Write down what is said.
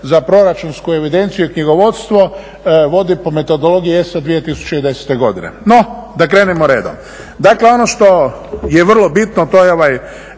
za proračunsku evidenciju i knjigovodstvo vodi po metodologiji SO 2010. godine. No, da krenemo redom. Dakle, ono što je vrlo bitno to je ovaj